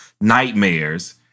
nightmares